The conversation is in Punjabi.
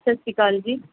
ਸਤਿ ਸ਼੍ਰੀ ਅਕਾਲ ਜੀ